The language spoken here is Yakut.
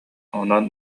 онон